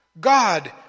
God